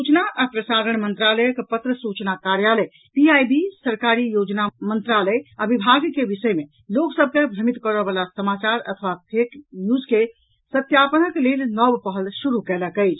सूचना आ प्रसारण मंत्रालयक पत्र सूचना कार्यालय पीआईबी सरकारी योजना मंत्रालय आ विभाग के विषय मे लोक सभ के भ्रमित करयवला समाचार अर्थात् फेक न्यूज के सत्यापनक लेल नव पहल शुरू कयलक अछि